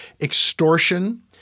extortion